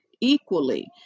equally